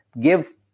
give